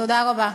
תודה רבה.